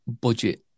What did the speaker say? budget